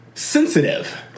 sensitive